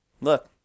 Look